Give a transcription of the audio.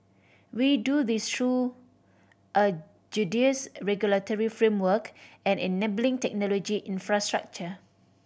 we do this through a judicious regulatory framework and enabling technology infrastructure